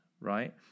right